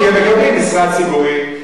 כי הם מקבלים משרה ציבורית,